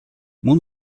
moon